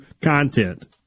content